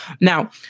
now